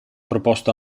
proposto